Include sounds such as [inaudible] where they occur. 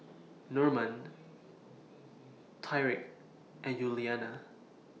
Normand [noise] Tyriq and Yuliana